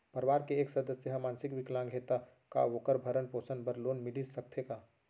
परवार के एक सदस्य हा मानसिक विकलांग हे त का वोकर भरण पोषण बर लोन मिलिस सकथे का?